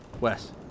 Wes